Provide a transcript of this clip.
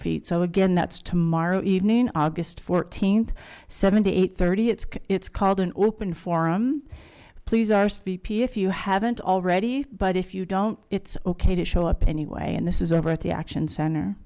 feet so again that's tomorrow evening august fourteenth seventy eight thirty it's it's called an open forum please if you haven't already but if you don't it's ok to show up anyway and this is over at the action center